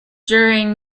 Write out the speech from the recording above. during